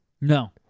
No